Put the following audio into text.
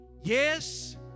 Yes